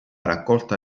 raccolta